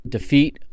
Defeat